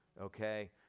Okay